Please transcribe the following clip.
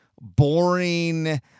boring